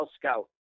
scout